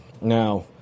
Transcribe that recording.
Now